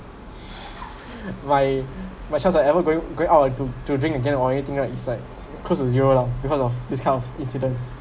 my my chance of ever going going out and to to drink again or anything right is like close to zero lah because of this kind of incidents